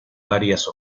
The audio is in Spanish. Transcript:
varias